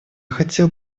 хотел